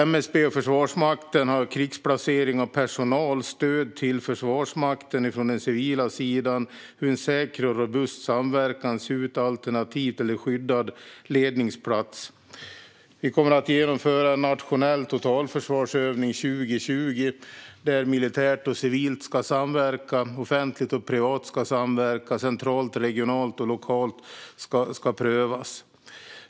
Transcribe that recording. MSB och Försvarsmakten ska prioritera att ge stöd kring krigsplacering av personal, stöd till Försvarsmakten, säker och robust samverkan samt alternativ och/eller skyddad ledningsplats. Vi kommer att genomföra en nationell totalförsvarsövning 2020. Där ska militärt och civilt samverka, och offentligt och privat ska samverka och prövas centralt, regionalt och lokalt.